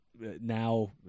now